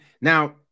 Now